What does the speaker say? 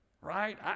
Right